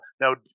Now